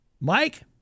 Mike